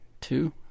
two